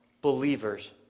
believers